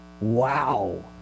Wow